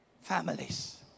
families